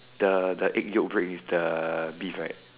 the the egg Yolk break is the beef right